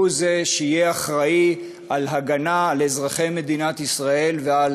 הוא שיהיה אחראי להגנה על אזרחי מדינת ישראל ועל